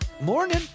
Morning